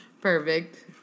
Perfect